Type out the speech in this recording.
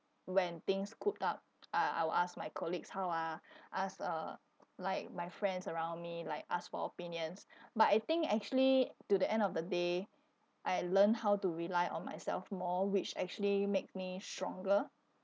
when things cooped up uh I will ask my colleagues how ah ask uh like my friends around me like ask for opinions but I think actually to the end of the day I learned how to rely on myself more which actually make me stronger